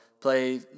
play